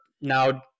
now